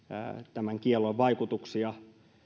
tämän kiellon vaikutuksia